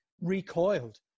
recoiled